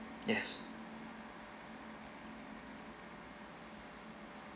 yes